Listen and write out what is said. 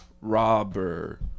robber